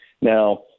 Now